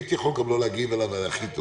הייתי יכול גם לא להגיב עליו וזה היה הכי טוב,